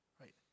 Right